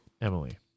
Emily